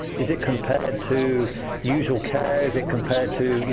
is it compared to usual care? is it compared to.